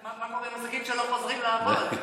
מה קורה עם עסקים שלא חוזרים לעבוד?